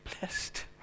blessed